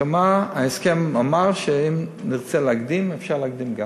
ההסכם אמר שאם נרצה להקדים, אפשר גם להקדים.